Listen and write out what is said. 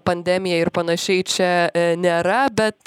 pandemiją ir panašiai čia nėra bet